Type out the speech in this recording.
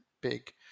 big